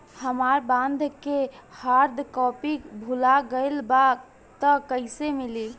हमार बॉन्ड के hard copy भुला गएलबा त कैसे मिली?